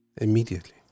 Immediately